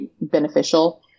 beneficial